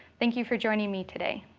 thank you for joining me today.